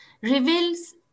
reveals